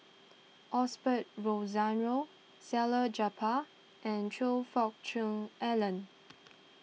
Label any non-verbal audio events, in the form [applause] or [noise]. Osbert Rozario Salleh Japar and Choe Fook Cheong Alan [noise]